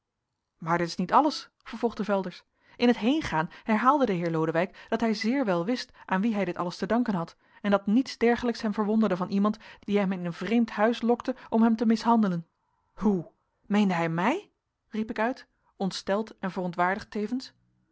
maar dit is niet alles vervolgde velters in t heengaan herhaalde de heer lodewijk dat hij zeer wel wist aan wien hij dit alles te danken had en dat niets dergelijks hem verwonderde van iemand die hem in een vreemd huis lokte om hem te mishandelen hoe meende hij mij riep ik uit ontsteld en verontwaardigd tevens